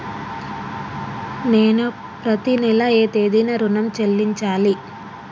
నేను పత్తి నెల ఏ తేదీనా ఋణం చెల్లించాలి?